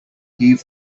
heave